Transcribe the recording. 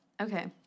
Okay